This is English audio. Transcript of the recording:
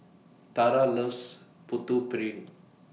Tarah loves Putu Piring